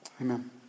amen